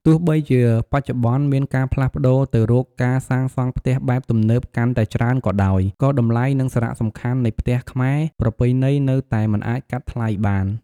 ទោះបីជាបច្ចុប្បន្ន មានការផ្លាស់ប្តូរទៅរកការសាងសង់ផ្ទះបែបទំនើបកាន់តែច្រើនក៏ដោយ ក៏តម្លៃ និងសារៈសំខាន់នៃផ្ទះខ្មែរប្រពៃណីនៅតែមិនអាចកាត់ថ្លៃបាន។